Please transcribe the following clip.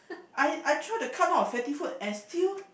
I I try to cut down on fatty food and still